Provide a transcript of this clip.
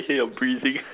K you're breathing